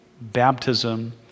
baptism